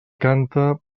canta